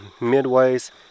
midways